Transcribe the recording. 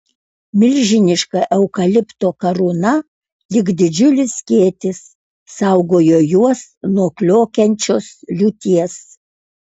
milžiniška eukalipto karūna lyg didžiulis skėtis saugojo juos nuo kliokiančios liūties